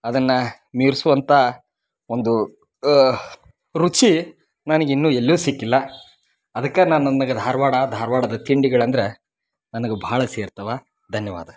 ಅದನ್ನ ಮೀರ್ಸುವಂಥ ಒಂದು ರುಚಿ ನನಗಿನ್ನು ಎಲ್ಲೂ ಸಿಕ್ಕಿಲ್ಲ ಅದಕ್ಕೆ ನಾನು ನನಗೆ ಧಾರವಾಡ ಧಾರವಾಡದ ತಿಂಡಿಗಳಂದರೆ ನನ್ಗ ಭಾಳ ಸೇರ್ತವ ಧನ್ಯವಾದ